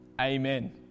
Amen